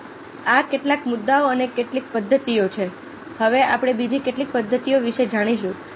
તો આ કેટલાક મુદ્દાઓ અને કેટલીક પદ્ધતિઓ છે હવે આપણે બીજી કેટલીક પદ્ધતિઓ વિશે જાણીશું